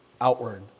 outward